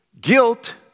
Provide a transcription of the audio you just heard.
Guilt